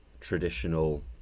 traditional